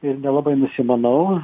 ir nelabai nusimanau